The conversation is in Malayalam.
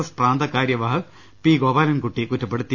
എസ് പ്രാന്ത കാര്യവാഹ് പി ഗോപാലൻകുട്ടി കുറ്റപ്പെടുത്തി